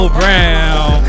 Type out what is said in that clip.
brown